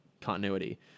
continuity